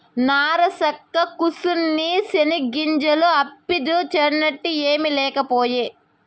నరసక్కా, కూసిన్ని చెనిగ్గింజలు అప్పిద్దూ, చట్నీ ఏమి లేకపాయే